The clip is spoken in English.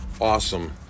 awesome